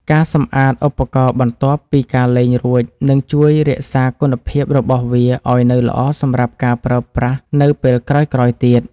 ការសម្អាតឧបករណ៍បន្ទាប់ពីការលេងរួចនឹងជួយរក្សាគុណភាពរបស់វាឱ្យនៅល្អសម្រាប់ការប្រើប្រាស់នៅពេលក្រោយៗទៀត។